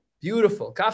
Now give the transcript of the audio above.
Beautiful